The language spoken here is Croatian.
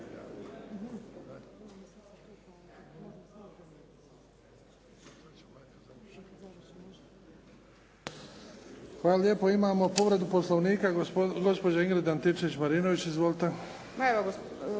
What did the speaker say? Hvala lijepo. Imamo povredu Poslovnika, gospođa Ingrid Antičević-Marinović. Izvolite.